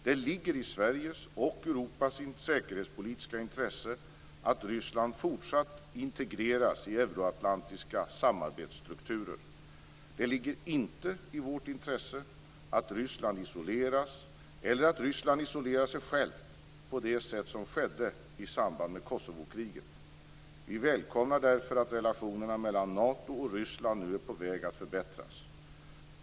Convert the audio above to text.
Det ligger i Sveriges och Europas säkerhetspolitiska intresse att Ryssland fortsatt integreras i euroatlantiska samarbetsstrukturer. Det ligger inte i vårt intresse att Ryssland isoleras eller att Ryssland isolerar sig självt, på det sätt som skedde i samband med Kosovokriget. Vi välkomnar därför att relationerna mellan Nato och Ryssland nu är på väg att förbättras.